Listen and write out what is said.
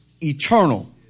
eternal